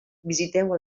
visiteu